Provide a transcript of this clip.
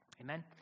Amen